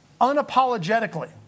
unapologetically